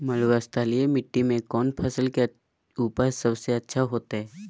मरुस्थलीय मिट्टी मैं कौन फसल के उपज सबसे अच्छा होतय?